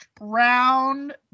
round